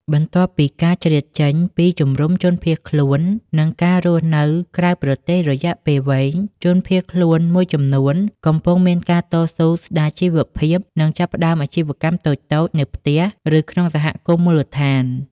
បន្ទាប់ពីការជ្រៀតចេញពីជំរំជនភៀសខ្លួន និងការរស់នៅក្រៅប្រទេសរយៈពេលវែង ជនភៀសខ្លួនមួយចំនួនកំពុងមានការតស៊ូស្តារជីវភាព និងចាប់ផ្តើមអាជីវកម្មតូចៗនៅផ្ទះឬក្នុងសហគមន៍មូលដ្ឋាន។